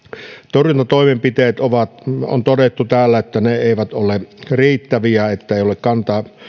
torjuntatoimenpiteistä on todettu täällä että ne eivät ole riittäviä että ei ole kantaa